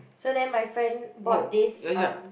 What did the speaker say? so then my friend bought this um